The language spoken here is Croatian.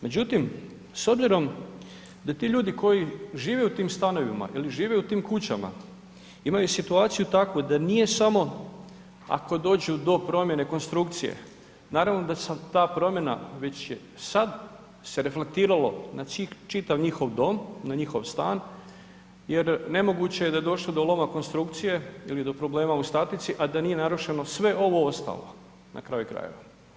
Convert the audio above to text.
Međutim, s obzirom ti ljudi koji žive u tim stanovima ili žive u tim kućama imaju situaciju takvu da nije samo ako dođu do promjene konstrukcije, naravno da ta promjena već sad se reflektiralo na čitav njihov dom, na njihov stan jer nemoguće je da je došlo do loma konstrukcije ili do problema u statici, a da nije narušeno sve ovo ostalo na kraju krajeva.